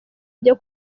byo